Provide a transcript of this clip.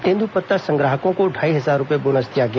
तेंद्रपत्ता संग्राहकों को ढाई हजार रुपये बोनस दिया गया